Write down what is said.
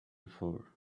for